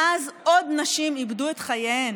מאז עוד נשים איבדו את חייהן,